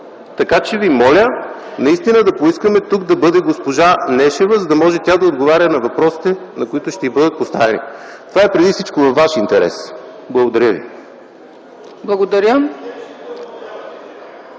Така че ви моля наистина да поискаме тук да бъде госпожа Нешева, за да може да отговаря на въпросите, които ще й бъдат поставени. Това е преди всичко във ваш интерес. Благодаря ви.